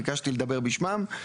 ביקשתי לדבר בשמם.